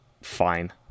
fine